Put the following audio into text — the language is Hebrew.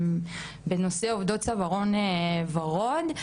בנושא עובדות צווארון וורוד.